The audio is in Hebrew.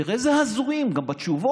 תראה איזה הזויים, גם בתשובות.